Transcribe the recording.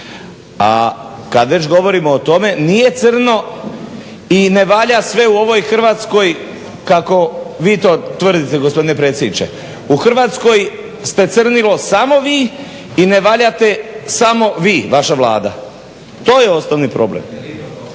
A kada već govorimo o tome, nije crno i ne valja sve u ovoj Hrvatskoj kako vi to tvrdite gospodine predsjedniče. U Hrvatskoj ste crnilo samo vi i ne valjate samo vi, vaša Vlada, to je osnovi problem.